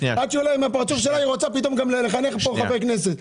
ועד שעולה עם הפרצוף שלה היא רוצה גם לחנך פה חבר כנסת.